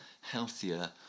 healthier